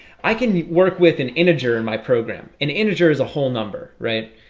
i can work with an integer in my program an integer is a whole number, right?